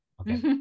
Okay